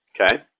Okay